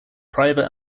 private